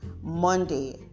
monday